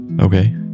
okay